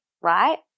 right